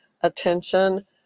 attention